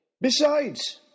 Besides